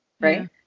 right